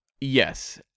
Yes